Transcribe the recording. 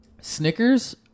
Snickers